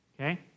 Okay